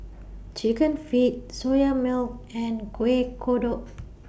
Chicken Feet Soya Milk and Kueh Kodok